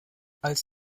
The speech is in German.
als